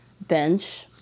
bench